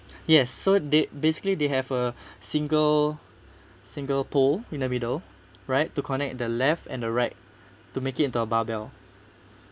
yes so they basically they have a single single pole in the middle right to connect the left and the right to make it into a barbell